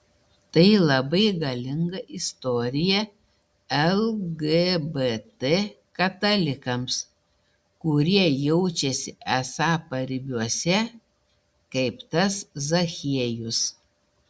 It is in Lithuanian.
tai labai galinga istorija lgbt katalikams kurie jaučiasi esą paribiuose kaip tas zachiejus